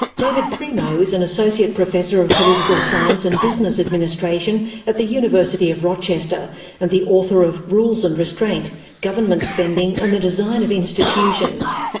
david primo is an associate professor of political science and business administration at the university of rochester and the author of rules and restraint government spending and the design of institutions.